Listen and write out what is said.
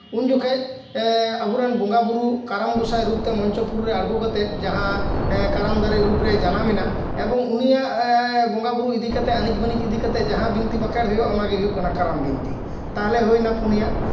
ᱩᱱ ᱡᱚᱠᱷᱮᱡ ᱟᱵᱚ ᱨᱮᱱ ᱵᱚᱸᱜᱟᱼᱵᱩᱨᱩ ᱠᱟᱨᱟᱢ ᱜᱚᱸᱥᱟᱭ ᱨᱩᱯᱛᱮ ᱢᱚᱧᱪᱚ ᱯᱩᱨᱤᱨᱮ ᱟᱬᱜᱚ ᱠᱟᱛᱮᱜ ᱡᱟᱦᱟᱸ ᱠᱟᱨᱟᱢ ᱫᱟᱨᱮ ᱨᱩᱯ ᱨᱮ ᱡᱟᱱᱟᱢ ᱮᱱᱟ ᱮᱵᱚᱝ ᱩᱱᱤᱭᱟᱜ ᱵᱚᱸᱜᱟᱼᱵᱩᱨᱩ ᱤᱫᱤ ᱠᱟᱛᱮᱜ ᱟᱹᱱᱤᱡ ᱵᱟᱹᱱᱤᱡ ᱤᱫᱤ ᱠᱟᱛᱮᱜ ᱡᱟᱦᱟᱸ ᱵᱤᱱᱛᱤ ᱵᱟᱠᱷᱮᱲ ᱦᱩᱭᱩᱜᱼᱟ ᱚᱱᱟᱜᱮ ᱦᱩᱭᱩᱜ ᱠᱟᱱᱟ ᱠᱟᱨᱟᱢ ᱵᱤᱱᱛᱤ ᱛᱟᱦᱞᱮ ᱦᱩᱭᱱᱟ ᱯᱳᱱᱭᱟ